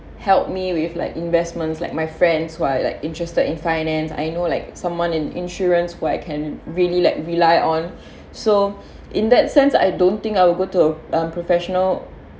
help me with like investments like my friends who are like interested in finance I know like someone in insurance where I can really like rely on so in that sense I don't think I will go to a uh professional